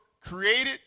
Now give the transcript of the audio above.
created